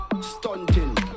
stunting